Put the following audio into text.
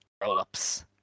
roll-ups